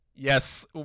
Yes